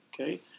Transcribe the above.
okay